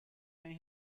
may